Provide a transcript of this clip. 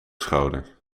schouder